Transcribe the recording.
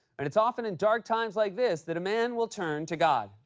and it's often in dark times like this that a man will turn to god.